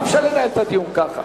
אי-אפשר לנהל את הדיון ככה.